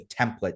template